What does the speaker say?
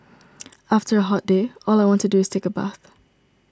after a hot day all I want to do is take a bath